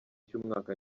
cy’umwaka